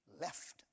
left